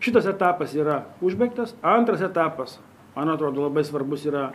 šitas etapas yra užbaigtas antras etapas man atrodo labai svarbus yra